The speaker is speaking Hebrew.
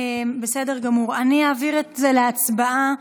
אני אעביר את זה להצבעה.